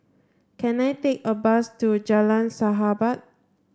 can I take a bus to Jalan Sahabat